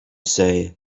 say